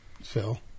Phil